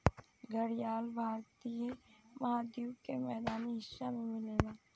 घड़ियाल भारतीय महाद्वीप के मैदानी हिस्सा में मिलेला